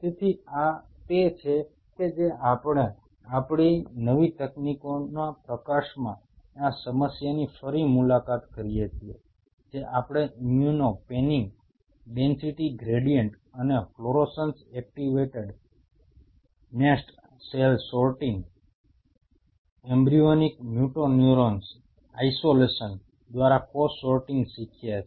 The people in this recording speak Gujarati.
તેથી આ તે છે જે આપણે આપણી નવી તકનીકોના પ્રકાશમાં આ સમસ્યાની ફરી મુલાકાત કરીએ છીએ જે આપણે ઇમ્યુનો પેનિંગ ડેન્સિટી ગ્રેડીએન્ટ અને fluorescence activated nested cell sorting embryonic motoneurons isolation દ્વારા કોષ સોર્ટિંગ શીખ્યા છે